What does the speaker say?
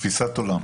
תפיסת עולם.